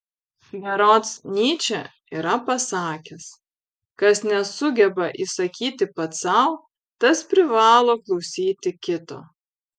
berods nyčė yra pasakęs kas nesugeba įsakyti pats sau tas privalo klausyti kito